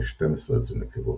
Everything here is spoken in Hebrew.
ו-12 אצל נקבות.